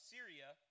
Syria